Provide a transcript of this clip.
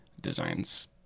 design's